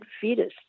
fetus